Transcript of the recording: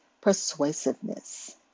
persuasiveness